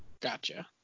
gotcha